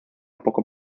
poco